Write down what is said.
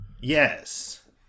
yes